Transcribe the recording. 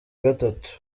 gatatu